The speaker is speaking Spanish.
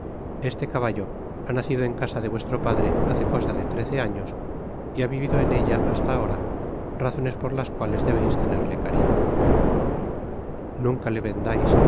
este caballo ha nacido en casa de vuestro padre hace cosa de trece años y ha vivido en ella hasta ahora razones por las cuales debeis tenerle cariño nunca le vendais